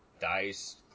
Dice